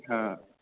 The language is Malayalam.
ഹാ